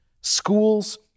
Schools